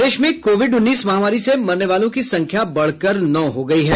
प्रदेश में कोविड उन्नीस महामारी से मरने वालों की संख्या बढ़कर नौ हो गयी है